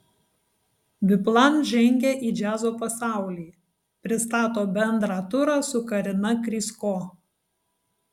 biplan žengia į džiazo pasaulį pristato bendrą turą su karina krysko